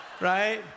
Right